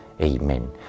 Amen